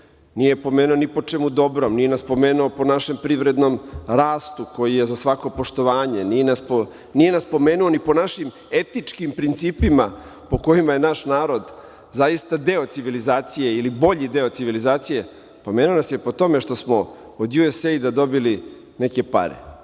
je pomenuo ni po čemu dobro. Nije nas pomenuo po našem privrednom rastu koji je za svako poštovanje. Nije nas pomenuo ni po našim etičkim principima po kojima je naš narod zaista deo civilizacije. Pomenuo nas je po tome što smo od USAID-a dobili neke pare